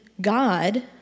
God